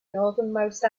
northernmost